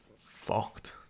Fucked